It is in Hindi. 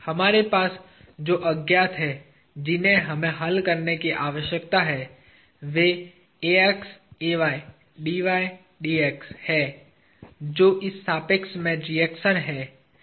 हमारे पास जो अज्ञात हैं जिन्हें हमें हल करने की आवश्यकता है वे तथा हैं जो इस सापेक्ष में रिएक्शन हैं